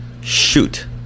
Shoot